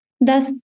Thus